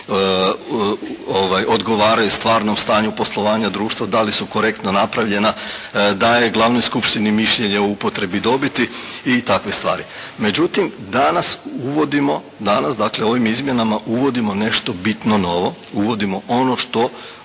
odgovaraju stvarnom stanju poslovanja društva, da li su korektno napravljena, daje glavnoj skupštini mišljenje u upotrebi dobiti, i takve stvari. Međutim, danas uvodimo, danas dakle ovim izmjenama uvodimo nešto bitno novo, uvodimo ono što